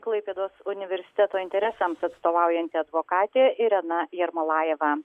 klaipėdos universiteto interesams atstovaujanti advokatė irena jermolajeva